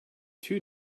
two